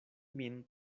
min